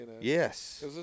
Yes